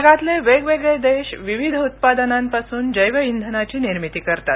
जगातले वेगवेगळे देश विविध उत्पादनांपासून जद्विधनाची निर्मिती करतात